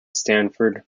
stanford